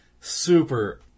super